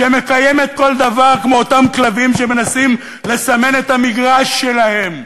שמקיימת כל דבר כמו אותם כלבים שמנסים לסמן את המגרש שלהם.